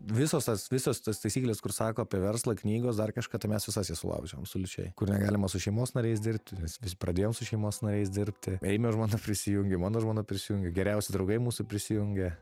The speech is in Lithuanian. visos tos visos tos taisykles kur sako apie verslą knygos dar kažką tai mes visas jas sulaužėm absoliučiai kur galima su šeimos nariais dirbti mes vis pradėjau su šeimos nariais dirbti eimiu žmona prisijungė mano žmona prisijungė geriausi draugai mūsų prisijungė